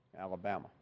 Alabama